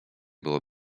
było